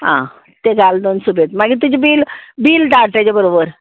आं तें घाल दोन सुबेद मागीर तुजी बील बील धाड तेजे बरोबर